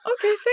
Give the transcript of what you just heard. Okay